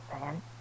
man